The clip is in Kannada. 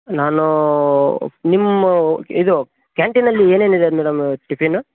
ನಾನೂ ನಿಮ್ಮ ಇದು ಕ್ಯಾಂಟಿನಲ್ಲಿ ಏನೇನು ಇದೆ ಮೇಡಮ್ ಟಿಫಿನ್